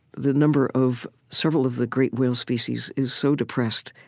the number of several of the great whale species is so depressed,